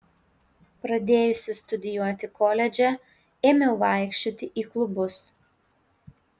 pradėjusi studijuoti koledže ėmiau vaikščioti į klubus